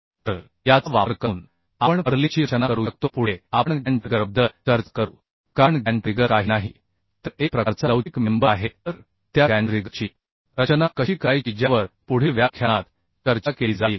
तर याचा वापर करून आपण पर्लिनची रचना करू शकतो पुढे आपण गॅन्ट रिगरबद्दल चर्चा करू कारण गॅन्ट रिगर काही नाही तर एक प्रकारचा लवचिक मेंबर आहे तर त्या गॅन्ट रिगरची रचना कशी करायची ज्यावर पुढील व्याख्यानात चर्चा केली जाईल